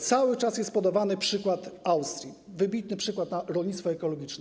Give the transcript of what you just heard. Cały czas jest podawany przykład Austrii, wybitny przykład na rolnictwo ekologiczne.